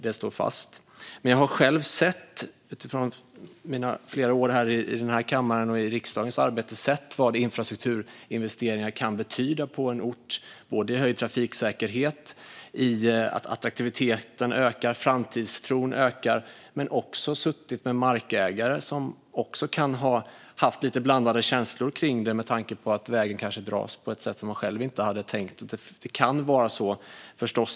Det står fast. Jag har själv under mina år i den här kammaren och i riksdagens arbete sett vad infrastrukturinvesteringar kan betyda på en ort för höjd trafiksäkerhet, ökad attraktivitet och ökad framtidstro. Men jag har också suttit med markägare som haft lite blandade känslor, till exempel för att vägen dras på ett sätt som man själv inte hade tänkt.